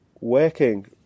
working